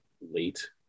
late